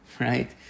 Right